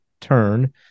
turn